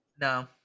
No